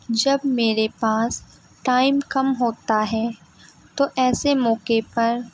جب میرے پاس ٹائم کم ہوتا ہے تو ایسے موقع پر